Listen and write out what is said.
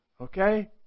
Okay